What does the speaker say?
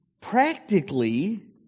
Practically